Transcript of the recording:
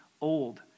old